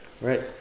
Right